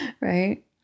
right